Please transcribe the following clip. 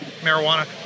marijuana